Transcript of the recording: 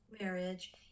marriage